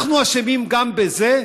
אנחנו אשמים גם בזה?